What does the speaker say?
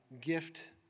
gift